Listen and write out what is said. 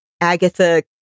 Agatha